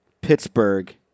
Pittsburgh